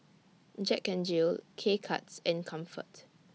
Jack N Jill K Cuts and Comfort